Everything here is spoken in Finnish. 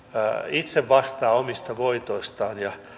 itse vastaa omista voitoistaan ja